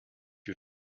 you